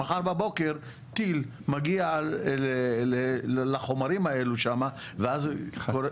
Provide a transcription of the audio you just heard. שמחר בבוקר טיל מגיע לחומרים האלו שם ואז קורה,